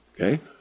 Okay